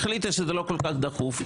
החליטה שזה לא כל כך דחוף,